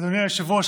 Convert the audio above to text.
אדוני היושב-ראש,